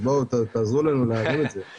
אז תעזרו לנו להזיז את זה.